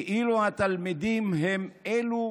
כאילו התלמידים הם אלו